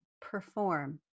perform